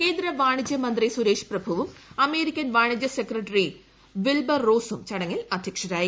കേന്ദ്ര വാണിജ്യമന്ത്രി സുരേഷ് പ്രഭുവും അമേരിക്കൻ വാണിജ്യ സെക്രട്ടറി വിൽബർ റോസും ചടങ്ങിൽ അദ്ധ്യക്ഷരായി